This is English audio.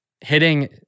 hitting